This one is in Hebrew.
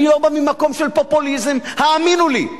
אני לא בא ממקום של פופוליזם, האמינו לי.